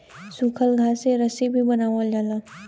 सूखल घास से रस्सी भी बनावल जाला